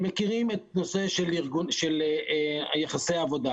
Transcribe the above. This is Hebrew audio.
הם מכירים את הנושא של יחסי עבודה.